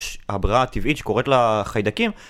הברירה הטבעית שקורית לחיידקים